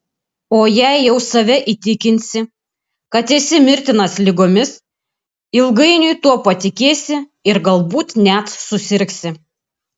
o jei jau save įtikinsi kad esi mirtinas ligomis ilgainiui tuo patikėsi ir galbūt net susirgsi